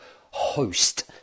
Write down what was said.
host